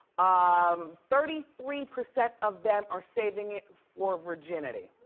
um thirty three percent of them are saving it for virginity.